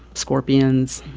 scorpions,